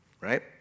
right